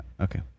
Okay